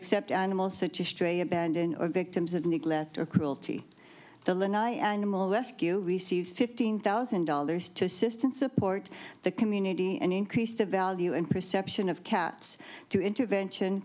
accept animals such as stray abandoned or victims of neglect or cruelty the lanai animal rescue receives fifteen thousand dollars to assistance support the community and increase the value and perception of cats through intervention